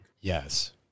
Yes